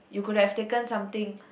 you could have taken something